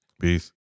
Peace